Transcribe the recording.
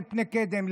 לפני קדם,